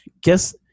Guess